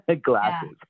glasses